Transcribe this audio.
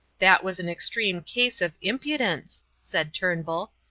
that was an extreme case of impudence, said turnbull.